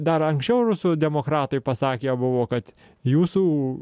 dar anksčiau rusų demokratai pasakę buvo kad jūsų